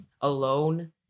alone